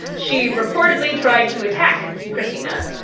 she reportedly tried to attack kristina.